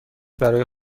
برای